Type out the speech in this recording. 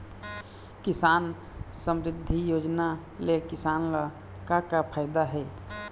किसान समरिद्धि योजना ले किसान ल का का फायदा हे?